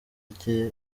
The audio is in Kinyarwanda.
rya